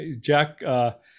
Jack